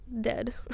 dead